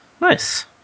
Nice